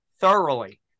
thoroughly